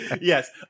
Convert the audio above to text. yes